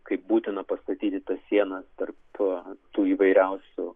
kaip būtina pastatyti tas sienas tarp tų įvairiausių